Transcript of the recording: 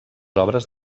obres